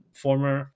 former